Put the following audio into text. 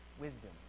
wisdom